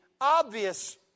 obvious